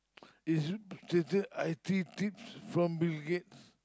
it's they say I_T tips from Bill-Gates